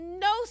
no